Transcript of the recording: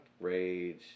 Rage